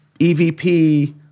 EVP